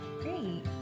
Great